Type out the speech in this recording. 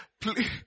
Please